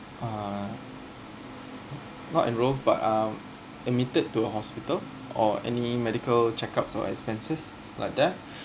uh not enroll but um admitted to hospital or any medical check ups or expenses like that